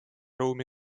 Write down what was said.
ruumi